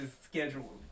schedule